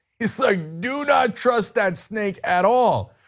he's like, do not trust that snake at all.